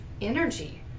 energy